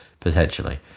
Potentially